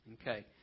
Okay